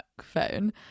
phone